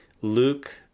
Luke